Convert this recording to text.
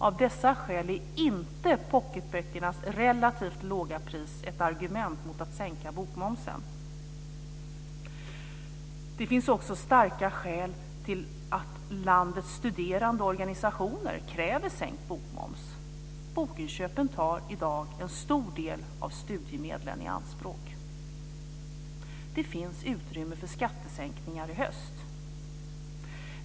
Av dessa skäl är inte pocketböckernas relativt låga pris ett argument mot att sänka bokmomsen. Det finns också starka skäl för att landets studerandeorganisationer kräver sänkt bokmoms. Bokinköpen tar i dag en stor del av studiemedlen i anspråk. Det finns utrymme för skattesänkningar i höst.